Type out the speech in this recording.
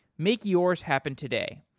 make yours happen today.